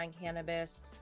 cannabis